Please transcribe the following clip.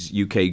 UK